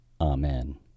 Amen